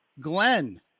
Glenn